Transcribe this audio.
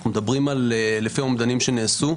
אנחנו מדברים על לפי האומדנים שנעשו,